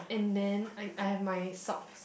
and then I I have my socks